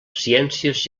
ciències